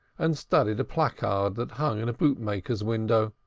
and studied a placard that hung in a bootmaker's window.